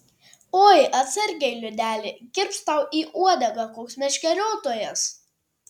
oi atsargiai liudeli įkirps tau į uodegą koks meškeriotojas